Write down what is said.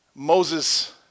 Moses